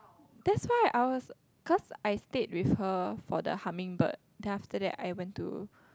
that's why I was cause I stayed with her for the hummingbird then after that I went to